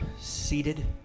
seated